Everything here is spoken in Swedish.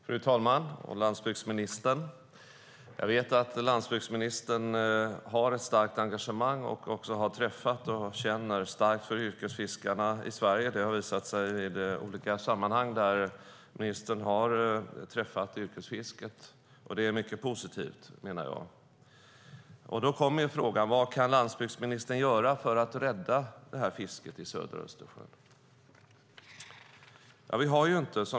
Fru talman! Landsbygdsministern! Jag vet att landsbygdsministern har ett starkt engagemang och också har träffat och känner starkt för yrkesfiskarna i Sverige. Det har visat sig i olika sammanhang där ministern träffat yrkesfiskarna. Det menar jag är mycket positivt, och jag vill därför fråga vad landsbygdsministern kan göra för att rädda fisket i södra Östersjön.